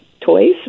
toys